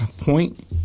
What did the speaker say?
point